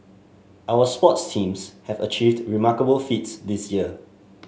our sports teams have achieved remarkable feats this year